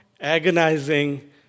agonizing